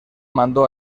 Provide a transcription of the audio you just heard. mandó